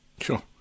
Sure